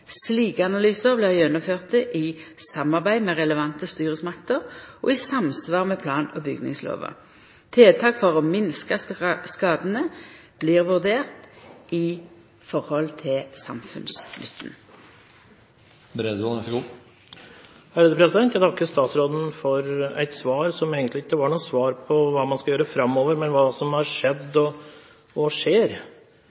Slike analysar blir gjennomførde i samarbeid med relevante styresmakter og i samsvar med plan- og bygningslova. Tiltak for å minska skadane blir vurderte i høve til samfunnsnytten. Jeg takker statsråden for et svar som egentlig ikke var noe svar på hva man skal gjøre framover, men på hva som har skjedd,